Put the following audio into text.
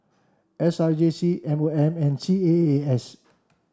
S R J C M O M and C A A S